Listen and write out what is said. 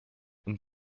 und